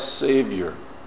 Savior